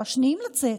או השניים לצאת,